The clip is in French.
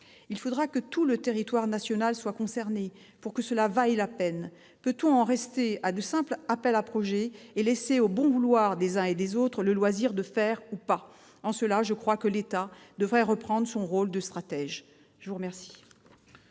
Il faudra que tout le territoire national soit concerné pour que cela vaille la peine. Peut-on en rester à de simples appels à projets et laisser au bon vouloir des uns et des autres le loisir de faire ou pas ? En cela, je crois que l'État devrait reprendre son rôle de stratège. La parole